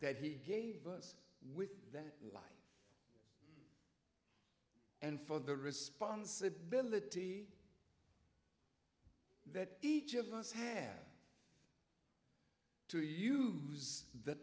that he gave us with that and for the responsibility that each of us have to use th